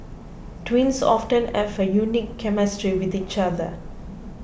twins often have a unique chemistry with each other